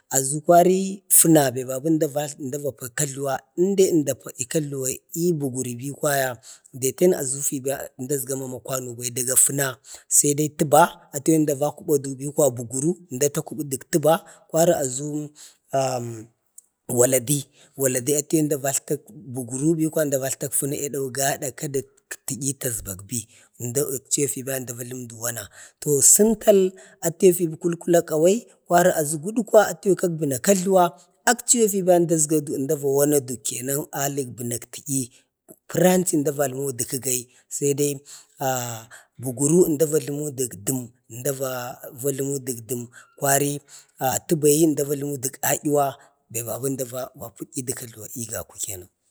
azu kwari fəna be babi əna va pə'yi kajluwa, əndai əmda pə'yi kajluwa i buguru bukwaya daten azu fi kwaya əmda əzgama kwanu bai, daga fəna saidai təba, atiye əmda va kubadu bi kwaya, əmda akuba buguru dək təba, kwari azu am waladi, atiye əmda va ətltak fəna i adau gadak kada tə'yi tagvagvi. zmdo fiba əmda va jlumadu wana. to səntal atiye fe kulkulak awai, kwari azu gudkwa atu kak bəna kajluwa. akchiyau fi barri əmda dazgadu əmda va adak bənak tə'yi. pəran əmdau valwau də kəgai, saidai ah buguru əmda dək dəm, kwari təbayi əmda vajləmi dək aryuwa, be babi əmda va pə'yi kajluwa i gaku kenan.